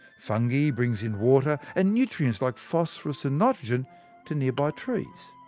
fungi brings in water, and nutrients like phosphorus and nitrogen to nearby trees,